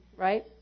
Right